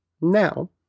Now